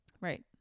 right